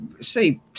say